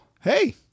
Hey